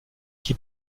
qui